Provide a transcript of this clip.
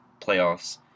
playoffs